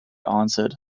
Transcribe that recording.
answered